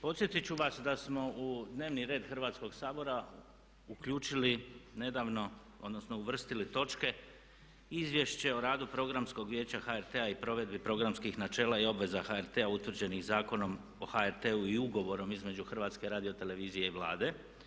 Podsjetit ću vas da smo u dnevni red Hrvatskog sabora uključili nedavno, odnosno uvrstili točke Izvješće o radu Programskog vijeća HRT-a i provedbi programskih načela i obveza HRT-a utvrđenih Zakonom o HRT-u i ugovorom između HRT-a i Vlade.